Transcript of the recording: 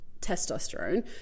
testosterone